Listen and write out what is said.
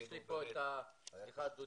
סליחה דודי,